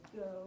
go